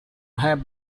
have